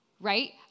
right